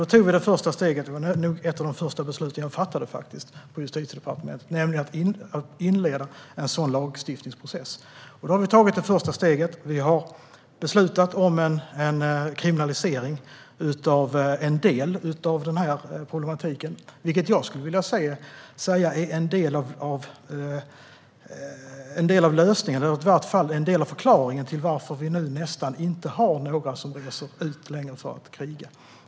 Då tog vi det första steget, vilket för övrigt var ett av de första beslut som jag fattade på Justitiedepartementet, genom att inleda en sådan lagstiftningsprocess. Vi har tagit det första steget. Vi har beslutat om en kriminalisering av en del av problematiken, vilket är en del av förklaringen till att det nu nästan inte är några som reser ut för att kriga.